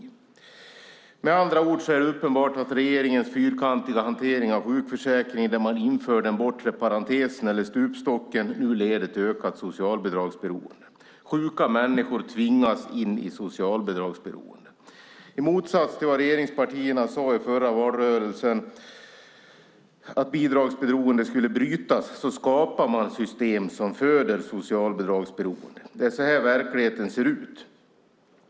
Det är med andra ord uppenbart att regeringens fyrkantiga hantering av sjukförsäkringen där man införde en bortre parentes, en stupstock, nu leder till ökat socialbidragsberoende. Sjuka människor tvingas in i socialbidragsberoende. I motsats till vad regeringspartierna sade i förra valrörelsen, nämligen att bidragsberoendet skulle brytas, skapar man system som föder socialbidragsberoende. Det är så verkligheten ser ut.